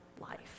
life